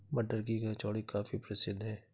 मटर की कचौड़ी काफी प्रसिद्ध है